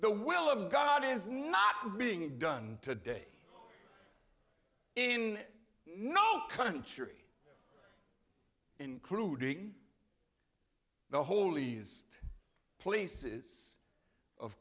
the will of god is not being done today in no country including the holy places of